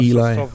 Eli